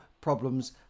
problems